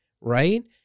Right